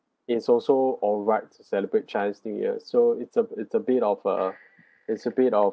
it's also alright to celebrate chinese new year so it's a it's a bit of a it's a bit of